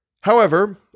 However